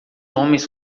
homens